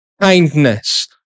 kindness